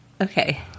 okay